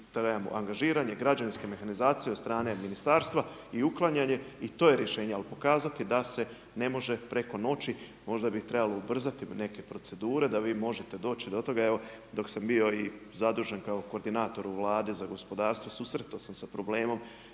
je to angažiranje građevinske mehanizacije od strane ministarstva i uklanjanje i to je rješenje. Ali pokazati da se ne može preko noći, možda bi trebalo ubrzati neke procedure da vi možete doći do toga. Evo dok sam bio i zadužen kao koordinator u Vladi za gospodarstvo susretao sam se sa problemom